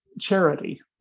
charity